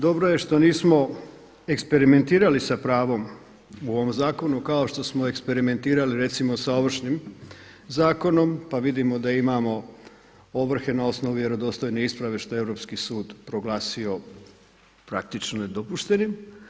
Dobro je što nismo eksperimentirali sa pravom u ovom zakonu kao što smo eksperimentirali recimo sa Ovršnim zakonom pa vidimo da imamo ovrhe na osnovi vjerodostojne isprave što je Europski sud proglasio praktično nedopuštenim.